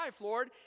Lord